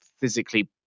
physically